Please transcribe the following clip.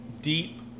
deep